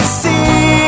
see